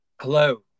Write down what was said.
hello